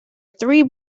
three